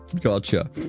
Gotcha